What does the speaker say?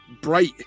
bright